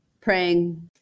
praying